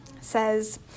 says